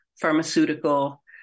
pharmaceutical